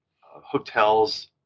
hotels